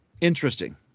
interesting